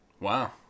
Wow